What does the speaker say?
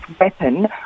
weapon